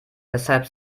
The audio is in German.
weshalb